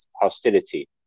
hostility